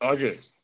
हजुर